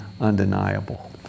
undeniable